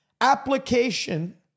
application